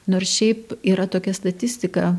nors šiaip yra tokia statistika